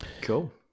Cool